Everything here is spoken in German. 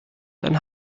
dann